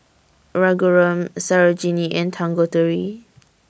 Raghuram Sarojini and Tanguturi